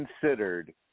considered